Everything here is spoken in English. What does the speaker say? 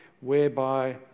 whereby